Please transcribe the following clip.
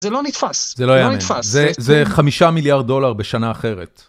זה לא נתפס, זה חמישה מיליארד דולר בשנה אחרת.